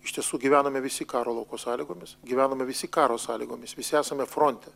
iš tiesų gyvename visi karo lauko sąlygomis gyvename visi karo sąlygomis visi esame fronte